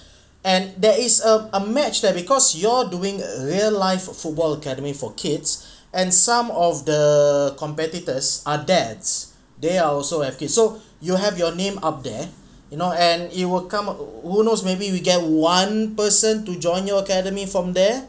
and there is a a match that because you're doing real life football academy for kids and some of the competitors are dads they also have kids so you have your name up there you know and it will come who knows maybe we get one person to join your academy from there